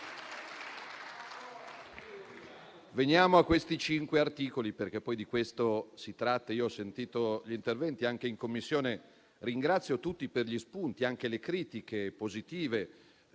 veniamo a questi cinque articoli, perché di questo si tratta. Io ho ascoltato gli interventi anche in Commissione (ringrazio tutti per gli spunti, anche per le critiche positive),